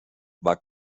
war